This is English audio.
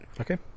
Okay